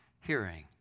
hearing